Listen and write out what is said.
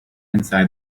inside